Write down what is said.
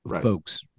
Folks